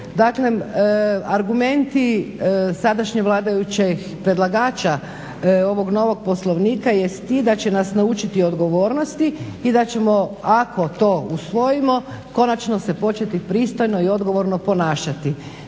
Dakle argumenti sadašnjeg vladajuće, predlagača ovog novog Poslovnika jest ti da će nas naučiti odgovornosti i da ćemo ako to usvojimo konačno se početi pristojno i odgovorno ponašati.